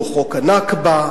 או חוק ה"נכבה",